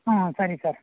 ಹಾಂ ಸರಿ ಸರ್